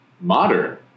modern